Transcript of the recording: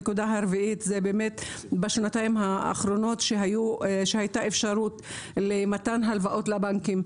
הנקודה הרביעית זה בשנתיים האחרונות שהייתה אפשרות למתן הלוואות לבנקים.